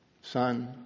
Son